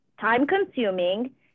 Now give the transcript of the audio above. time-consuming